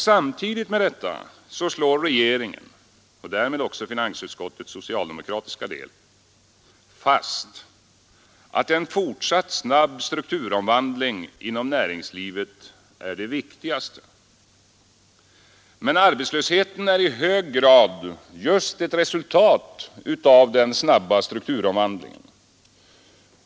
Samtidigt med detta slår regeringen — och därmed också finansutskottets socialdemokratiska del — fast att en fortsatt snabb strukturomvandling inom näringslivet är det viktigaste. Men arbetslösheten är i hög grad just ett resultat av den snabba strukturomvandlingen.